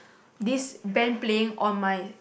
this band playing on my